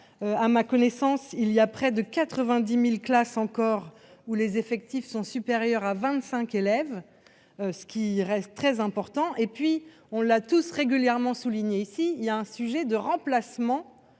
à ma connaissance, il y a près de 90000 classes encore où les effectifs sont supérieurs à 25 élèves, ce qui reste très important, et puis on l'a tous régulièrement souligné ici, il y a un sujet de remplacement